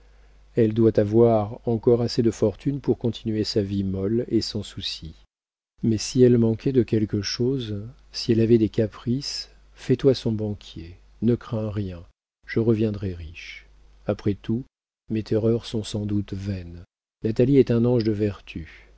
elle doit avoir encore assez de fortune pour continuer sa vie molle et sans soucis mais si elle manquait de quelque chose si elle avait des caprices fais-toi son banquier ne crains rien je reviendrai riche après tout mes terreurs sont sans doute vaines natalie est un ange de vertu